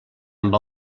amb